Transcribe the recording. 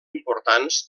importants